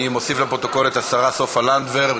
ואני מוסיף לפרוטוקול את השרה סופה לנדבר,